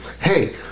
hey